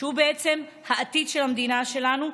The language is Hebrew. שהוא בעצם העתיד של המדינה שלנו,